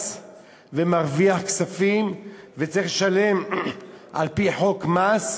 ומרוויח כספים וצריך לשלם על-פי חוק מס,